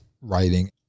writing